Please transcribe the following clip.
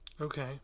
okay